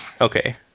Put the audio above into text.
Okay